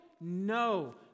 No